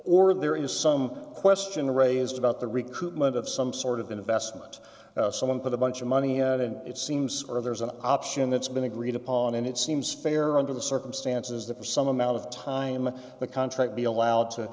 or there is some question raised about the recruitment of some sort of investment someone put a bunch of money at it and it seems or there's an option that's been agreed upon and it seems fair under the circumstances that for some amount of time the contract be allowed to